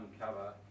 uncover